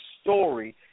story